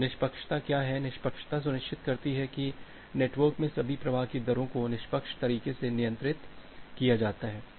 तो निष्पक्षता क्या है निष्पक्षता सुनिश्चित करती है कि नेटवर्क में सभी प्रवाह की दर को निष्पक्ष तरीके से नियंत्रित किया जाता है